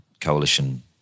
coalition